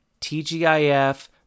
TGIF